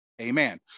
Amen